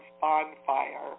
bonfire